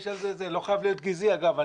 לא חייב להיות גזעי, אגב.